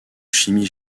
chimie